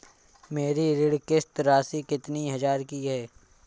मेरी ऋण किश्त राशि कितनी हजार की है?